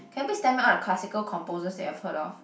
can you please tell me all the classical composers that you've heard of